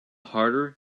harder